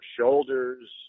shoulders